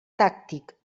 tàctic